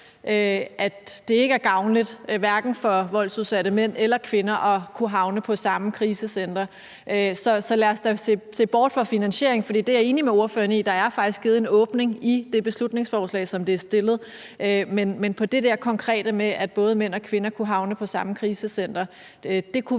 at det ikke er gavnligt for hverken voldsudsatte mænd eller kvinder at kunne havne på det samme krisecenter. Så lad os da se bort fra finansieringen. For jeg er enig med ordføreren i, at der faktisk er givet en åbning i det beslutningsforslag, som er fremsat, men det der konkrete med, at både mænd og kvinder kunne havne på det samme krisecenter, kunne